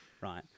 Right